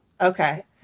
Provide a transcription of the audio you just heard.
okay